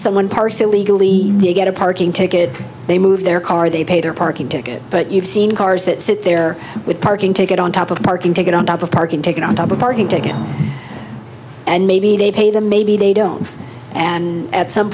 someone parks illegally they get a parking ticket they move their car they pay their parking ticket but you've seen cars that sit there with parking ticket on top of a parking ticket on top of parking ticket on top of parking ticket and maybe they pay them maybe they don't and at some